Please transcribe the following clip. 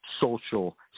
social